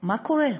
מה קורה?